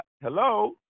Hello